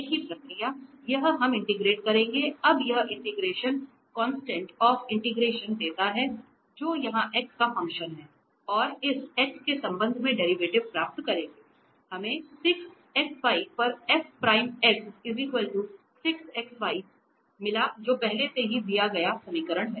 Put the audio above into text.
एक ही प्रक्रिया यह हम इंटिग्रेट करेंगे अब यह इंटिग्रेशन कांस्टेंट ऑफ इंटिग्रेशन देता है जो यहां x का फ़ंक्शन है और इस x के संबंध में डेरिवेटिव प्राप्त करके हमें मिला जो पहले से ही दिया गया समीकरण है